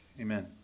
Amen